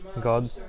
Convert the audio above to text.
God